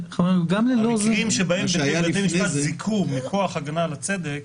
המקרים שבהם בתי משפט זיכו מכוח הגנה על הצדק